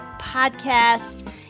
Podcast